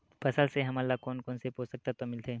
फसल से हमन ला कोन कोन से पोषक तत्व मिलथे?